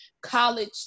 college